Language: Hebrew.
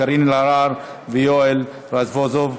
קארין אלהרר ויואל רזבוזוב.